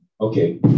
Okay